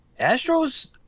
Astros